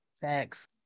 Thanks